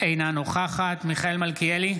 אינה נוכחת מיכאל מלכיאלי,